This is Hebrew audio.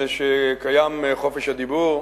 זה שקיים חופש הדיבור,